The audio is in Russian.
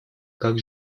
как